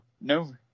no